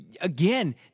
again